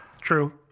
True